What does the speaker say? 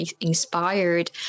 inspired